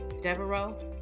Devereaux